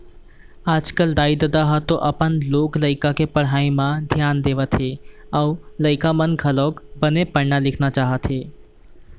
आजकल दाई ददा ह तो अपन लोग लइका के पढ़ई म धियान देवत हे अउ लइका मन घलोक बने पढ़ना लिखना चाहत हे